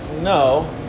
no